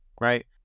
right